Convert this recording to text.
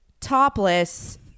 topless